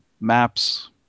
maps